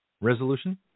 Resolution